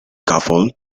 couple